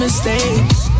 Mistakes